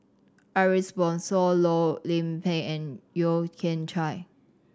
Ariff Bongso Loh Lik Peng and Yeo Kian Chye